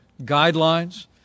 guidelines